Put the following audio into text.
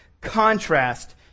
contrast